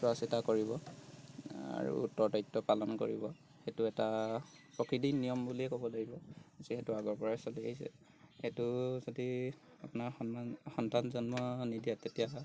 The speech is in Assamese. চোৱা চিতা কৰিব আৰু উত্তৰ দায়িত্ব পালন কৰিব সেইটো এটা প্ৰকৃতিৰ নিয়ম বুলিয়েই ক'ব লাগিব যিহেতু আগৰ পৰাই চলি আহিছে সেইটো যদি আপোনাৰ সন্মান সন্তান জন্ম নিদিয়ে তেতিয়া